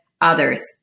others